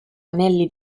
anelli